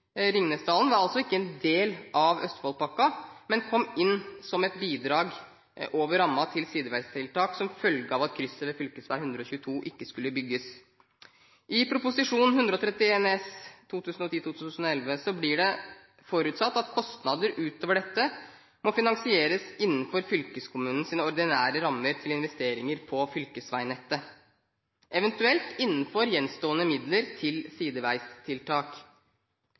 Ringnesdalen var altså ikke en del av Østfoldpakka, men kom inn som et bidrag over rammen til sideveistiltak som følge av at krysset ved fv. 122 ikke skulle bygges. I Prop. 131 S blir det forutsatt at kostnader utover dette må finansieres innenfor fylkeskommunens ordinære rammer til investeringer på fylkesveinettet, eventuelt innenfor gjenstående midler til sideveistiltak.